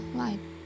life